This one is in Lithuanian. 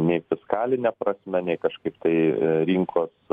nei fiskaline prasme nei kažkaip tai rinkos